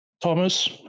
Thomas